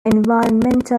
environmental